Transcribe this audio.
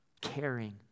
caring